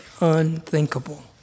unthinkable